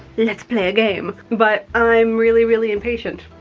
let's play a game, but i'm really, really impatient,